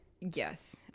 Yes